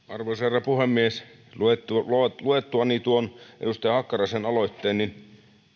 arvoisa herra puhemies luettuani tuon edustaja hakkaraisen aloitteen